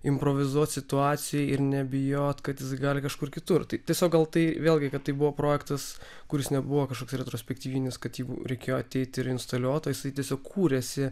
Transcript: improvizuot situacijoje ir nebijot kad jis gali kažkur kitur tai tiesiog gal tai vėlgi kad tai buvo projektas kuris nebuvo kažkoks retrospektyvinis kad jį reikėjo ateit ir instaliuot o jisai tiesiog kūrėsi